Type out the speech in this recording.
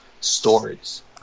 stories